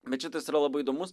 bet šitas yra labai įdomus